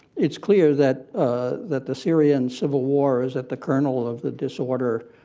its clear that that the syrian civil war is at the kernel of the disorder,